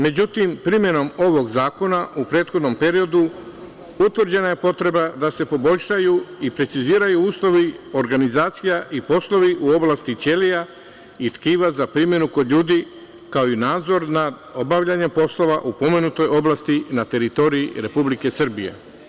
Međutim, primenom ovog zakona u prethodnom periodu, utvrđena je potreba da se poboljšaju i preciziraju uslovi organizacija i poslovi u oblasti ćelija i tkiva za primenu kod ljudi, kao i nadzor nad obavljanje poslova u pomenutoj oblasti na teritoriji Republike Srbije.